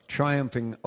triumphing